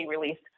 released